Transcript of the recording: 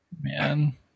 man